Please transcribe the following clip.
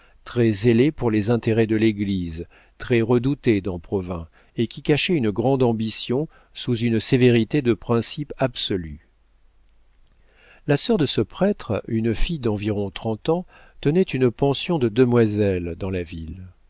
congrégation très zélé pour les intérêts de l'église très redouté dans provins et qui cachait une grande ambition sous une sévérité de principes absolus la sœur de ce prêtre une fille d'environ trente ans tenait une pension de demoiselles dans la ville